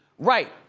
right,